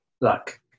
Luck